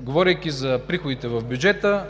Говорейки за приходите в бюджета,